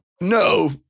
No